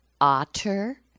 otter